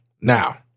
Now